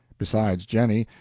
besides jennie,